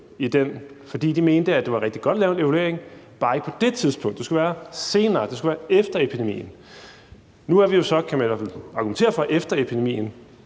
fordi de mente, at det var rigtig godt at lave en evaluering, bare ikke på det tidspunkt. Det skulle være senere; det skulle være efter epidemien. Nu er vi jo så, kan man i hvert fald argumentere for, efter epidemien,